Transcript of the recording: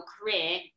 career